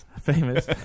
famous